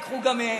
ייקחו גם מהם.